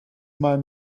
mal